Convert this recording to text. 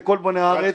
ואמרתי לכל בוני הארץ.